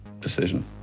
decision